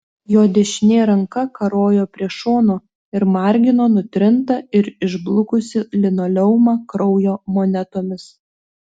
jo dešinė ranka karojo prie šono ir margino nutrintą ir išblukusį linoleumą kraujo monetomis